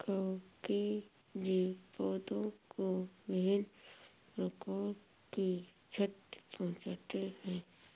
कवकीय जीव पौधों को विभिन्न प्रकार की क्षति पहुँचाते हैं